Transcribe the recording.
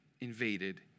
invaded